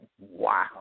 wow